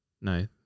No